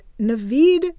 Naveed